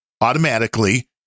automatically